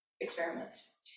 experiments